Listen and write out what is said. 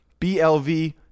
BLV